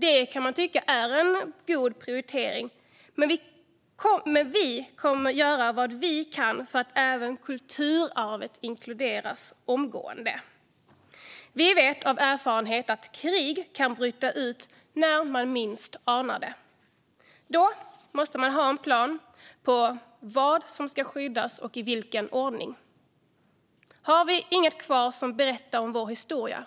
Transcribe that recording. Det kan man tycka är en god prioritering, men vi kommer att göra vad vi kan för att även kulturarvet ska inkluderas omgående. Vi vet av erfarenhet att krig kan bryta ut när man minst anar det. Då måste man ha en plan för vad som ska skyddas och i vilken ordning. Har vi inget kvar som berättar om vår historia,